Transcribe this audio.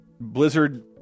Blizzard